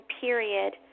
period